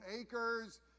acres